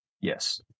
Yes